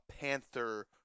panther